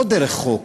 לא דרך חוק,